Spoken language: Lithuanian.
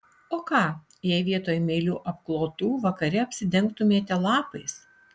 o ką jei vietoj meilių apklotų vakare apsidengtumėte lapais